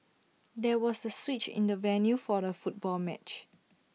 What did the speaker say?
there was A switch in the venue for the football match